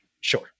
Sure